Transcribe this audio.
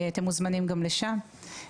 אתם מוזמנים גם לשם.